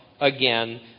again